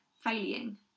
Failing